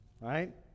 right